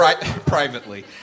Privately